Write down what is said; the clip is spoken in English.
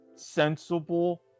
Sensible